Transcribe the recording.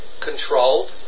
controlled